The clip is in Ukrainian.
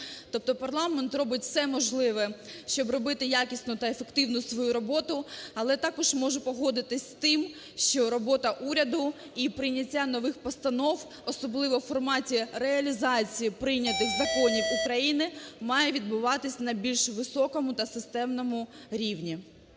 Тобто парламент робить все можливе, щоб робити якісну та ефективну свою роботу. Але також можу погодитися з тим, що робота уряду і прийняття нових постанов, особливо у форматі реалізації прийнятих законів України, має відбуватися в найбільш високому та системному рівні.